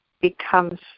becomes